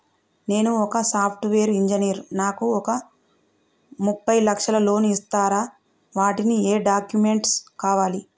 నేను ఒక software engineer నాకు ఒక ముప్పై లక్షల లోన్ ఇస్తరా? వాటికి ఏం డాక్యుమెంట్స్ కావాలి?